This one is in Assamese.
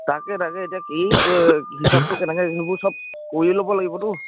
তাকে তাকে এতিয়া কি হিচাপটো কেনেকৈ সেইবোৰ চব কৰিয়ে ল'ব লাগিবতো